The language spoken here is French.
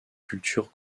cultures